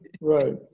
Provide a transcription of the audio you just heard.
Right